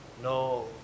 No